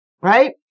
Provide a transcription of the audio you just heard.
Right